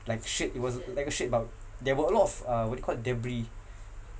like shirt it was like a shirt but there were a lot of uh what do you call debris